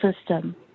system